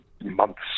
months